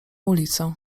ulicę